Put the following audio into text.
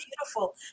beautiful